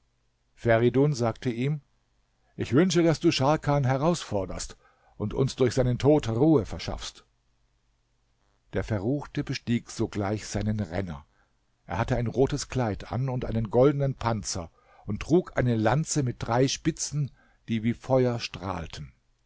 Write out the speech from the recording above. feridun sagte ihm ich wünsche daß du scharkan herausforderst und uns durch seinen tod ruhe verschaffst der verruchte bestieg sogleich seinen renner er hatte ein rotes kleid an und einen goldenen panzer und trug eine lanze mit drei spitzen die wie feuer strahlten